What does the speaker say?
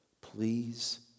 please